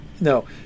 no